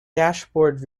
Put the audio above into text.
dashboard